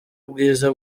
bwiza